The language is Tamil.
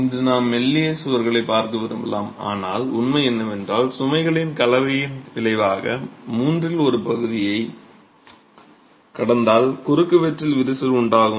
இன்று நாம் மெல்லிய சுவர்களைப் பார்க்க விரும்பலாம் ஆனால் உண்மை என்னவென்றால் சுமைகளின் கலவையின் விளைவாக மூன்றில் ஒரு பகுதியைக் கடந்தால் குறுக்குவெட்டில் விரிசல் உண்டாகும்